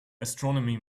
astronomy